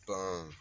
Boom